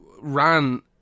ran